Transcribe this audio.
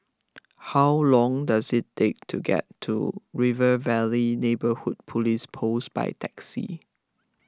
how long does it take to get to River Valley Neighbourhood Police Post by taxi